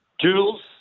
Jules